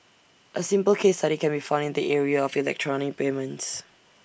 A simple case study can be found in the area of electronic payments